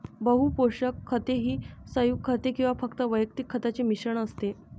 बहु पोषक खते ही संयुग खते किंवा फक्त वैयक्तिक खतांचे मिश्रण असते